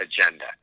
agenda